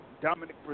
Dominic